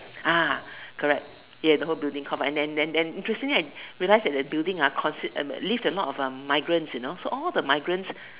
ah correct ya the whole building come and then then then interestingly I realized that that building ah consist uh lived a lot of migrants you know so all the migrants